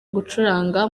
gucuranga